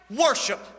worship